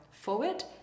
forward